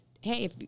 hey